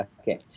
Okay